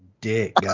dick